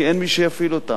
כי אין מי שיפעיל אותם.